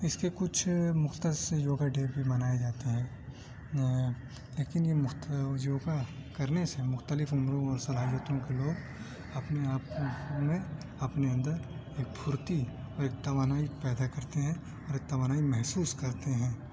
اس کے کچھ مختص جو ہے ڈے بھی منائے جاتے ہیں لیکن یہ یوگا کرنے سے مختلف عمروں اور صلاحیتوں کے لوگ اپنے آپ کو ان میں اپنے اندر ایک پھرتی اور ایک توانائی پیدا کرتے ہیں اور ایک توانائی محسوس کرتے ہیں